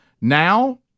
now